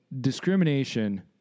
discrimination